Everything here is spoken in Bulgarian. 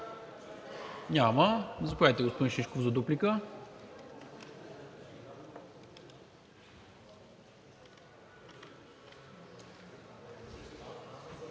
Няма. Заповядайте, господин Шишков, за дуплика.